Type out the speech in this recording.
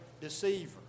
deceiver